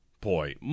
boy